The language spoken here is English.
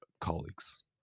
colleagues